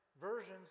Versions